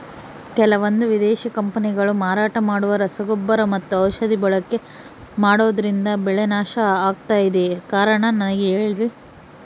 ಕೆಲವಂದು ವಿದೇಶಿ ಕಂಪನಿಗಳು ಮಾರಾಟ ಮಾಡುವ ರಸಗೊಬ್ಬರ ಮತ್ತು ಔಷಧಿ ಬಳಕೆ ಮಾಡೋದ್ರಿಂದ ಬೆಳೆ ನಾಶ ಆಗ್ತಾಇದೆ? ಕಾರಣ ನನಗೆ ಹೇಳ್ರಿ?